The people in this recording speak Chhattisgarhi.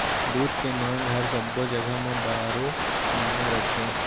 दूद के मांग हर सब्बो जघा म बारो महिना रथे